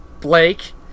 Blake